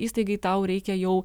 įstaigai tau reikia jau